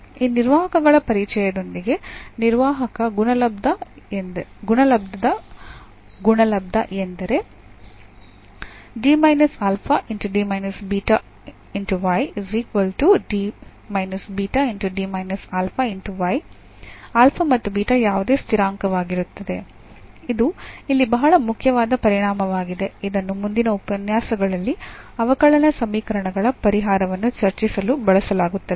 ಈ ನಿರ್ವಾಹಕಗಳ ಪರಿಚಯದೊಂದಿಗೆ ನಿರ್ವಾಹಕ ಗುಣಲಬ್ದದ ಗುಣಲಬ್ದ ಎಂದರೆ ಯಾವುದೇ ಸ್ಥಿರಾಂಕವಾಗಿರುತ್ತದೆ ಇದು ಇಲ್ಲಿ ಬಹಳ ಮುಖ್ಯವಾದ ಪರಿಣಾಮವಾಗಿದೆ ಇದನ್ನು ಮುಂದಿನ ಉಪನ್ಯಾಸಗಳಲ್ಲಿ ಅವಕಲನ ಸಮೀಕರಣಗಳ ಪರಿಹಾರವನ್ನು ಚರ್ಚಿಸಲು ಬಳಸಲಾಗುತ್ತದೆ